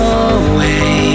away